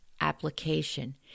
application